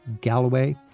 Galloway